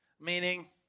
Meaning